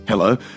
Hello